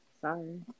Sorry